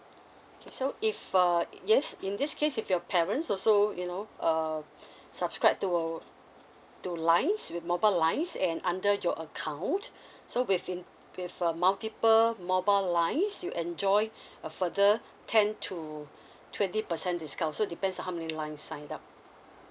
okay so if uh yes in this case if your parents also you know uh subscribe to ou~ to lines with mobile lines and under your account so with in~ with a multiple mobile lines you enjoy a further ten to twenty percent discount so depends on how many lines you sign up